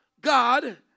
God